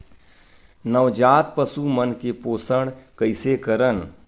नवजात पशु मन के पोषण कइसे करन?